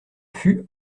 fut